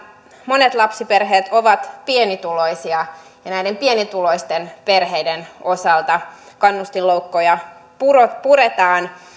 monet lapsiperheet ovat pienituloisia ja näiden pienituloisten perheiden osalta kannustinloukkuja puretaan